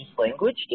language